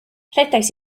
rhedais